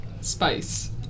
Spice